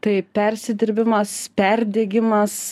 tai persidirbimas perdegimas